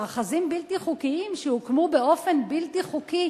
מאחזים בלתי חוקיים שהוקמו באופן בלתי חוקי,